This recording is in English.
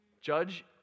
Judge